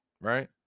right